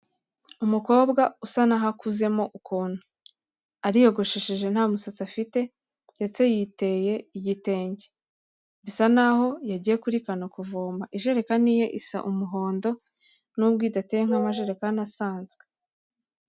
Umukobwa usa na ho akuzemo ukuntu, ariyogosheje nta musatsi afite ndetse yiteye igitenge, bisa na ho yagiye kuri kano kuvoma, ijerekani ye isa umuhondo n'ubwo idateye nk'amajerekani asanzwe.